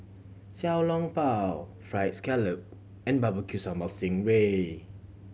Xiao Long Bao Fried Scallop and Barbecue Sambal sting ray